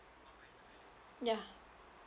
ya